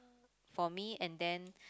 for me and then